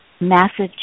massive